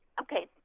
okay